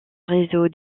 réseau